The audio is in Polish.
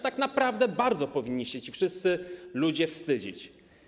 Tak naprawdę bardzo powinni się ci wszyscy ludzie wstydzić.